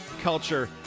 culture